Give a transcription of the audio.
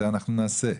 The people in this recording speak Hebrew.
זה אנחנו נעשה.